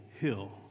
hill